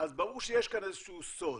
אז ברור שיש כאן איזה שהוא סוד.